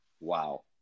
Wow